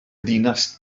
ddinas